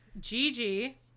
Gigi